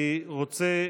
אני רוצה,